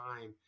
time